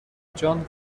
جان